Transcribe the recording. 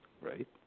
right